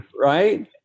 Right